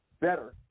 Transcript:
better